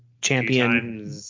champion